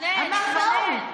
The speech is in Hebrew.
התחנן אליהן.